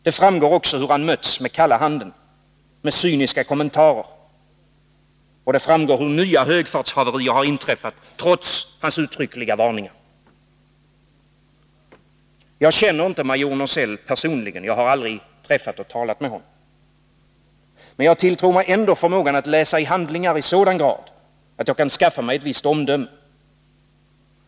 Det framgår också hur han mötts med kalla handen, med cyniska kommentarer, och det framgår hur nya högfartshaverier har inträffat trots hans uttryckliga varningar. Jag känner inte major Nåsell personligen, jag har aldrig träffat honom eller talat med honom. Men jag tilltror mig ändå förmågan att läsa i handlingar i sådan grad att jag kan skaffa mig ett visst omdöme.